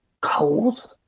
cold